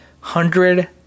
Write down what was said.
hundred